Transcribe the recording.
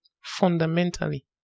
fundamentally